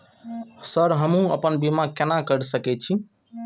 Sir हमू अपना बीमा केना कर सके छी?